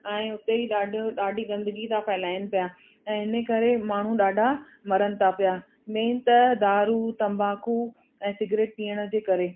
ऐं हुते ई ॾाढियूं ॾाढी गंदगी था फैलाइनि पिया ऐं इन करे माण्हू ॾाढा मरण था पिया मेन त दारू तंबाकू ऐं सिगरेट पीअण जे करे